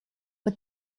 but